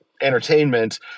entertainment